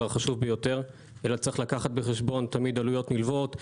החשוב ביותר אלא יש לקחת בחשבון עלויות נלוות,